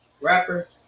Rapper